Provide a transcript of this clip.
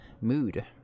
mood